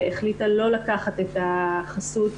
שהחליטה לא לקחת את החסות,